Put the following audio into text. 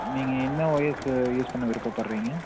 நீங்கள் என்ன OS use பண்ண விருப்பப்படுறிங்க